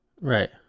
Right